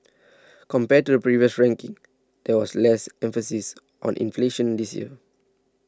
compared to the previous rankings there was less emphasis on inflation this year